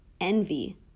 envy